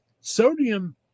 Sodium